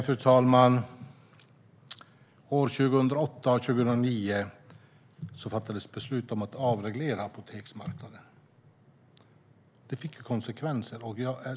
Fru talman! År 2008 och 2009 fattades beslut om att avreglera apoteksmarknaden. Det fick konsekvenser.